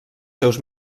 seus